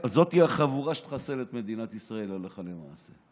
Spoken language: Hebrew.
והחבורה הזאת תחסל את מדינת ישראל הלכה למעשה.